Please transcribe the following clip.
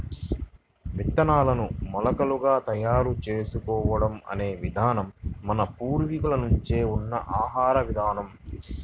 విత్తనాలను మొలకలుగా తయారు చేసుకోవడం అనే విధానం మన పూర్వీకుల నుంచే ఉన్న ఆహార విధానం